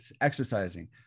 exercising